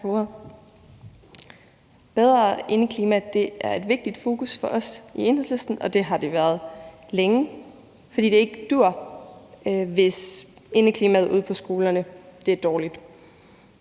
Bedre indeklima er et vigtigt fokus for os i Enhedslisten, og det har det været længe, fordi det ikke dur, hvis indeklimaet ude på skolerne er dårligt.